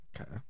Okay